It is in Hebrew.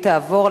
התשע"ב 2011,